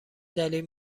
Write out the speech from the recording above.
دلیل